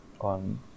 on